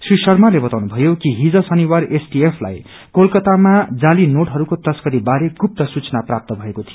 श्री शर्माले बतानुभयो कि हिज शनिबार एसटिएफ लाई कोलकाता जाली नोटहरूको तस्करी बारे गुप्त सुचना प्राप्त भएको थियो